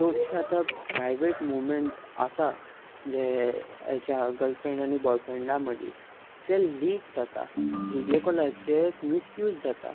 चडशे आतां private movement आसा जे हेच्या गर्ल फ्रेंड आनी बॉय फ्रेंडा मदीं ते लीक जाता व्हिडियो कॉलाचे मिसयूज जाता